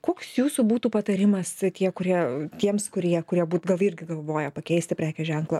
koks jūsų būtų patarimas tie kurie tiems kurie kurie būt gal irgi galvoja pakeisti prekių ženklą